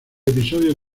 episodio